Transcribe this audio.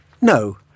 No